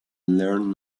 learn